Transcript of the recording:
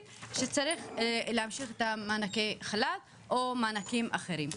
שצריך להמשיך את מענקי החל"ת או מענקים אחרים.